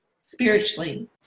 spiritually